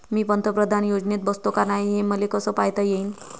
मी पंतप्रधान योजनेत बसतो का नाय, हे मले कस पायता येईन?